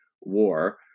war